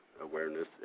awareness